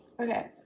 Okay